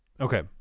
okay